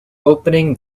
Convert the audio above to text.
opening